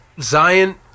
Zion